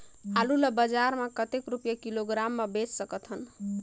आलू ला बजार मां कतेक रुपिया किलोग्राम म बेच सकथन?